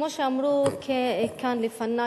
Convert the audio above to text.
כמו שאמרו כאן לפני,